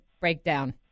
breakdown